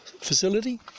facility